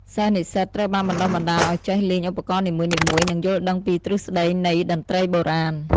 សិស្សនិស្សិតត្រូវបានបណ្ដុះបណ្ដាលឱ្យចេះលេងឧបករណ៍នីមួយៗ និងយល់ដឹងពីទ្រឹស្ដីនៃតន្ត្រីបុរាណ។